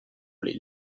les